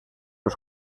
los